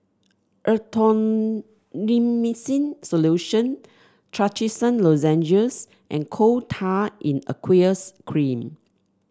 Erythroymycin Solution Trachisan Lozenges and Coal Tar in Aqueous Cream